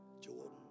Jordan